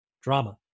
drama